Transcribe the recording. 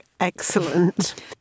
Excellent